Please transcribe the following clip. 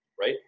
right